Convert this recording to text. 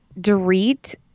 Dorit